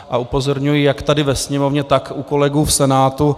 A upozorňuji, jak tady ve Sněmovně, tak u kolegů v Senátu.